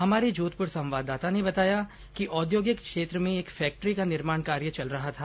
हमारे जोधपुर संवाददाता ने बताया कि औद्योगिक क्षेत्र में एक फैक्ट्री का निर्माण कार्य चल रहा था